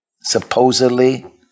supposedly